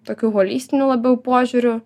tokiu holistiniu labiau požiūriu